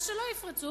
אז שלא יפרצו,